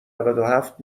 نودوهفت